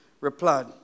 replied